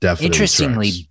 Interestingly